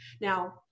now